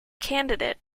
candidate